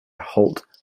holt